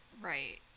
Right